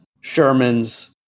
Sherman's